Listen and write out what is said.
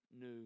new